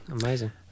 amazing